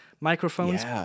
microphones